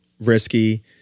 Risky